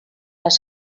les